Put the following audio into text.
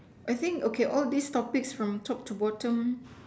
I think okay all these topics from top to bottom